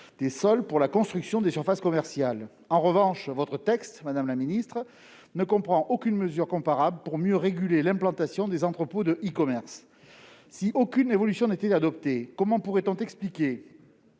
le cadre de la construction des surfaces commerciales. En revanche, votre texte, madame la ministre, ne comporte aucune mesure comparable pour mieux réguler l'implantation des entrepôts de e-commerce. Si aucune évolution n'intervenait, comment pourrait-on l'expliquer